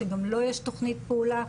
שגם לו יש תוכנית פעולה,